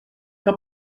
que